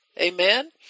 Amen